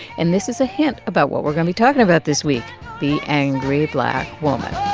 and this is a hint about what we're going to be talking about this week the angry black woman